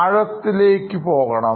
ആഴത്തിലേക്ക് പോകണം